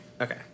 Okay